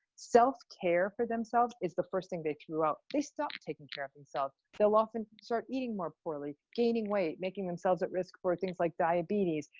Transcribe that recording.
self care for themselves is the first thing they threw out. they stopped taking care of themselves. they'll often start eating more poorly, gaining weight, making themselves at risk for things like diabetes.